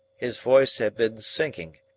his voice had been sinking,